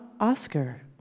Oscar